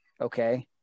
okay